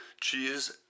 cheese